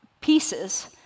pieces